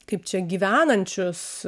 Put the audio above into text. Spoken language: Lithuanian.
kaip čia gyvenančius